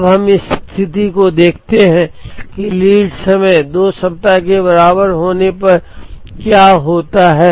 अब हम स्थिति को देखते हैं कि लीड समय 2 सप्ताह के बराबर होने पर क्या होता है